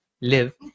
Live